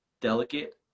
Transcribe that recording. delicate